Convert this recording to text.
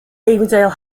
avondale